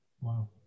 Wow